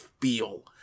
feel